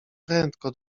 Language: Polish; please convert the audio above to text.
prędko